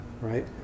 right